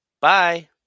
Bye